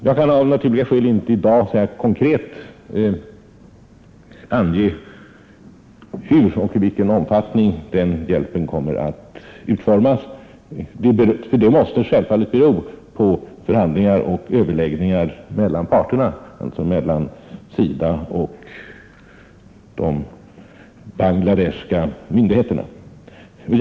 Jag kan av naturliga skäl inte i dag konkret ange hur den hjälpen kommer att utformas. Det måste bero på förhandlingar och överläggningar mellan parterna, dvs. mellan SIDA och myndigheterna i Bangla Desh.